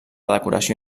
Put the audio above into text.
decoració